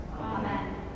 Amen